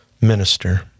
minister